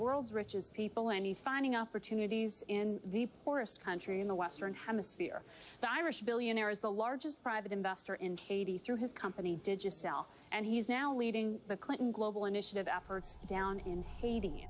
world's richest people and he's finding opportunities in the poorest country in the western hemisphere the irish billionaire is the largest private investor in haiti through his company did just sell and he's now leading the clinton global initiative efforts down in haiti